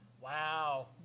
Wow